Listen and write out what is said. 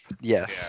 Yes